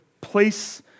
place